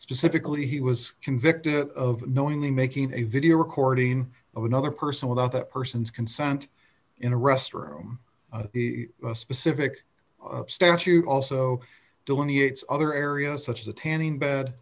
specifically he was convicted of knowingly making a video recording of another person without that person's consent in a restroom a specific statute also delineates other areas such as a tanning bed